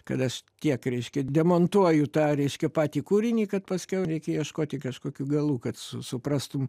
kad aš tiek reiškia demontuoju tą reiškia patį kūrinį kad paskiau reikia ieškoti kažkokių galų kad su suprastum